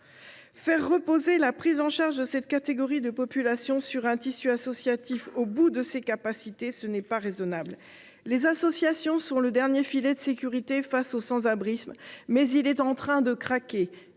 Faire reposer la prise en charge de cette catégorie de la population sur un tissu associatif au bout de ses capacités n’est pas raisonnable. Les associations sont le dernier filet de sécurité face au sans abrisme, mais il est en train de se